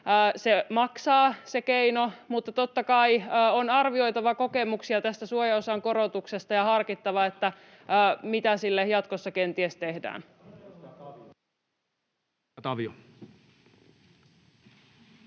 maksaa, mutta totta kai on arvioitava kokemuksia tästä suojaosan korotuksesta ja harkittava, mitä sille jatkossa kenties tehdään.